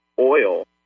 oil